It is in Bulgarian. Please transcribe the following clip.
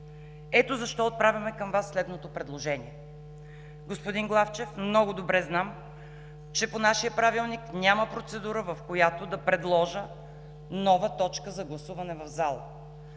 Ето защо отправяме към Вас следното предложение. Господин Главчев, много добре знам, че по нашия Правилник няма процедура, по която да предложа нова точка за гласуване в залата,